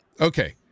Okay